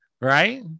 right